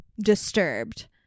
disturbed